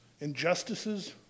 Injustices